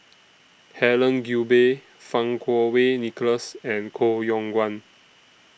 Helen Gilbey Fang Kuo Wei Nicholas and Koh Yong Guan